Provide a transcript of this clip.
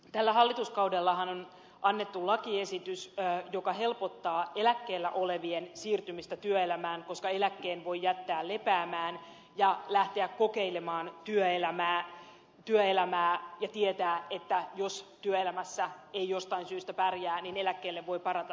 tällä hallituskaudellahan on annettu lakiesitys joka helpottaa eläkkeellä olevien siirtymistä työelämään koska eläkkeen voi jättää lepäämään ja voi lähteä kokeilemaan työelämää ja tietää että jos työelämässä ei jostain syystä pärjää niin eläkkeelle voi palata takaisin